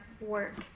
work